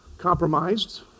compromised